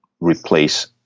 replace